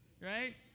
right